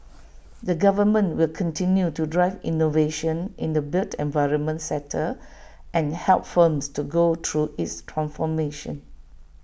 the government will continue to drive innovation in the built environment sector and help firms to go through its transformation